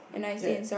ya